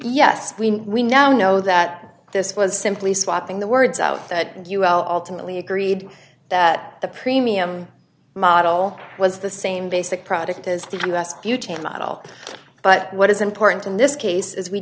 yes we we now know that this was simply swapping the words out and you are ultimately agreed that the premium model was the same basic product as the vast butane model but what is important in this case is we